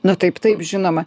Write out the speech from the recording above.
na taip taip žinoma